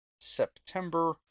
September